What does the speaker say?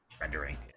rendering